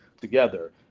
together